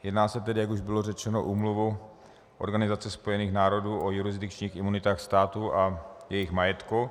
Jedná se tedy, jak už bylo řečeno, o Úmluvu Organizace spojených národů o jurisdikčních imunitách států a jejich majetku.